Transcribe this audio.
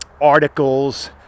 articles